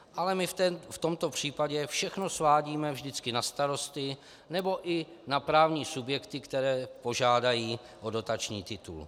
Ale my v tomto případě všechno svádíme vždycky na starosty nebo i na právní subjekty, které požádají o dotační titul.